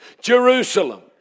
Jerusalem